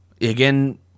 again